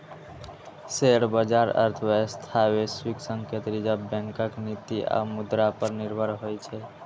share बाजार अर्थव्यवस्था, वैश्विक संकेत, रिजर्व बैंकक नीति आ मुद्रा पर निर्भर होइ छै